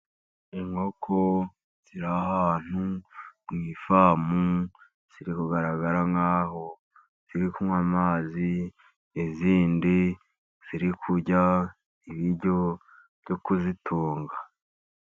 Inkoko ziri ahantu mu ifamu, ziri kugaragara nk'aho ziri kunywa amazi. Izindi ziri kurya ibiryo byo kuzitunga.